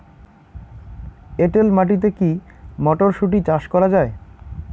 এটেল মাটিতে কী মটরশুটি চাষ করা য়ায়?